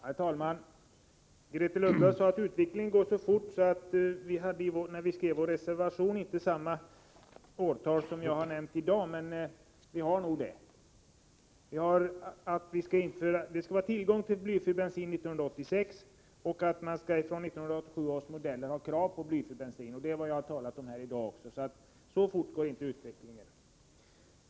Herr talman! Grethe Lundblad säger att utvecklingen går så fort att vi i vår reservation inte ens har angett samma årtal som jag har nämnt här i dag. Men vi har nog det. Det skall finnas tillgång till blyfri bensin 1986, och på 1987 års bilmodeller skall man ha kravet att de kan drivas med blyfri bensin. Det är också vad jag sade tidigare. Så fort går alltså inte utvecklingen.